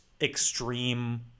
extreme